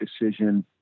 decision